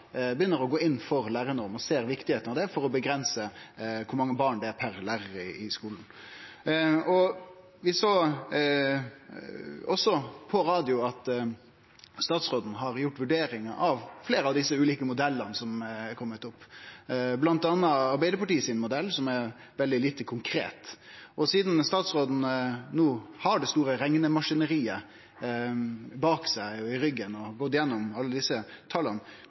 begynner å gå inn for ei lærarnorm og ser at det er viktig for å avgrense kor mange barn det er per lærar i skolen. Vi høyrde også på radioen at statsråden har gjort vurderingar av fleire av dei ulike modellane som har kome opp, bl.a. Arbeidarpartiets modell, som er veldig lite konkret. Sidan statsråden har det store reknemaskineriet bak seg og i ryggen og har gått gjennom alle desse tala,